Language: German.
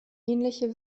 ähnliche